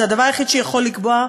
זה הדבר היחיד שיכול לקבוע,